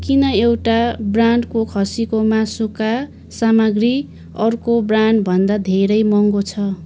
किन एउटा ब्रान्डको खसीको मासुका सामाग्री अर्को ब्रान्डभन्दा धेरै महँगो छ